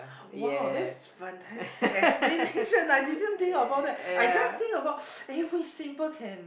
!wow! that's fantastic explanation I didn't think about that I just think about eh which symbol can